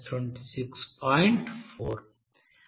4